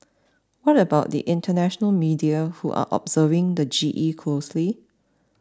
what about the international media who are observing the G E closely